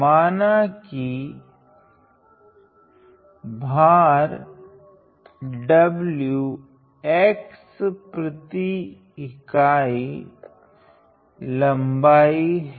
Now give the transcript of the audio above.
माना की भर w x प्रति इकाई लंबाई हैं